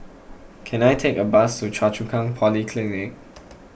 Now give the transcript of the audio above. can I take a bus to Choa Chu Kang Polyclinic